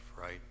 right